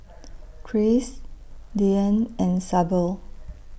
Kris Deeann and Sable